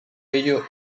ello